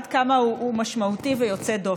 עד כמה הוא משמעותי ויוצא דופן.